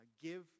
Give